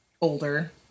older –